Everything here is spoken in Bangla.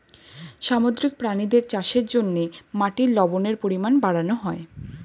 সামুদ্রিক প্রাণীদের চাষের জন্যে মাটির লবণের পরিমাণ বাড়ানো হয়